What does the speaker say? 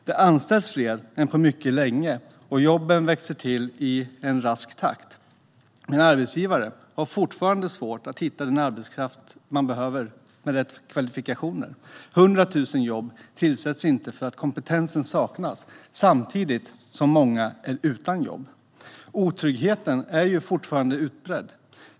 Det anställs fler än på mycket länge och jobben växer till i en rask takt, men arbetsgivare har fortfarande svårt att hitta arbetskraft med rätt kvalifikationer. 100 000 jobb tillsätts inte för att kompetensen saknas, och samtidigt är många utan jobb. Otryggheten är fortfarande utbredd.